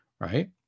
right